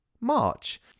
March